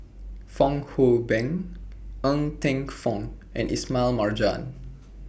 Fong Hoe Beng Ng Teng Fong and Ismail Marjan